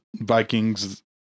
Vikings